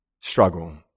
struggle